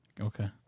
Okay